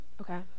Okay